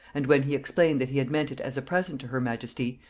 and when he explained that he had meant it as a present to her majesty,